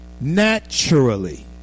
Naturally